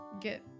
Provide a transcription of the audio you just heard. get